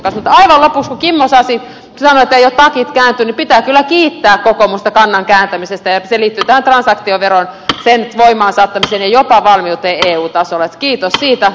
kun kimmo sasi sanoi että eivät ole takit kääntyneet pitää kyllä kiittää kokoomusta kannan kääntämisestä ja se liittyy tähän transaktioveroon sen voimaan saattamiseen ja jopa valmiuteen eu tasolla